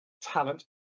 talent